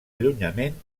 allunyament